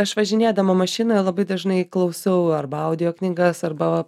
aš važinėdama mašinoj labai dažnai klausau arba audio knygas arba